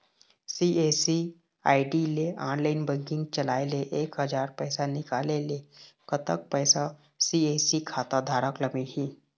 CSC ID ले online banking चलाए ले एक हजार पैसा निकाले ले कतक पैसा सी.एस.सी खाता धारक ला मिलही?